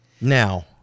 Now